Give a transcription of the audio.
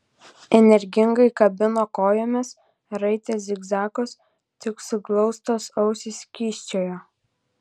energingai kabino kojomis raitė zigzagus tik suglaustos ausys kyščiojo